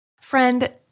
Friend